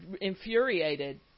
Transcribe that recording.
infuriated